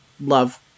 love